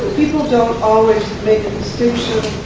don't always make a distinction